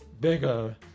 bigger